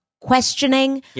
questioning